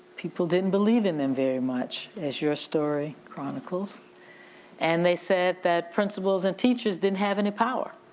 people didn't believe in them very much as your story chronicles and they said that principals and teachers didn't have any power.